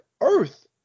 earth